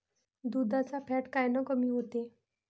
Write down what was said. दुधाचं फॅट कायनं कमी होते?